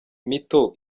mito